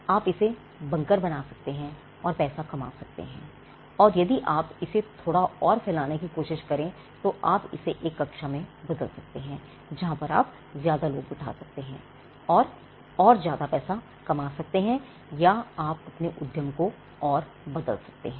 आप इसे बंकर बना सकते हैं और पैसा कमा सकते हैं और यदि आप इसे थोड़ा और फैलाने की कोशिश करें तो आप इसे एक कक्षा में बदल सकते हैं जहां पर आप ज्यादा लोग बिठा सकते हैं और और ज्यादा पैसा कमा सकते हैं या आप अपने उद्यम को और बदल सकते हैं